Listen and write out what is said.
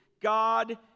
God